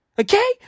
Okay